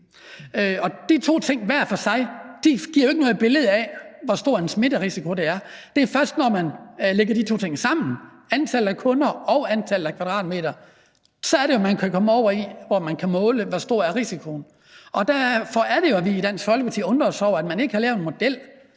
De to ting hver for sig giver jo ikke noget billede af, hvor stor en smitterisiko der er. Det er først, når man lægger de to ting sammen – antallet af kunder og antallet af kvadratmeter – at man kan måle, hvor stor risikoen er. Derfor er det jo, at vi i Dansk Folkeparti undrer os over, at man ikke har lavet en model,